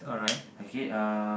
okay uh